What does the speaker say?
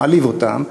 מעליב אותם,